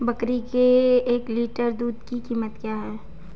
बकरी के एक लीटर दूध की कीमत क्या है?